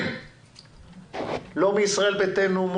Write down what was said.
לא בישראל ביתנו,